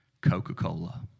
Coca-Cola